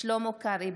שלמה קרעי,